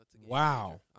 Wow